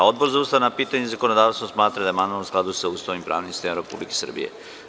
Odbor za ustavna pitanja i zakonodavstvo smatra da je amandman u skladu sa Ustavom i pravnim sistemom Republike Srbije.